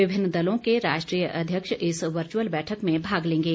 विभिन्न दलों के राष्ट्रीय अध्यक्ष इस वर्च्यअल बैठक में भाग लेंगे